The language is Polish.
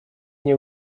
nie